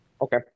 Okay